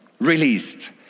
released